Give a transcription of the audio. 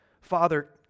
father